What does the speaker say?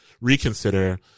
reconsider